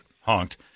honked